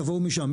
תבואו משם.